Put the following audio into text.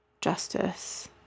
justice